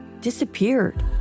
disappeared